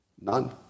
None